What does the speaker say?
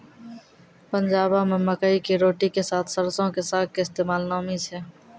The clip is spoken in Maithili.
पंजाबो मे मकई के रोटी के साथे सरसो के साग के इस्तेमाल नामी छै